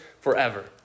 forever